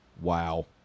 Wow